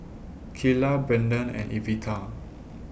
Keila Brenden and Evita